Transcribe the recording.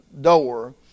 door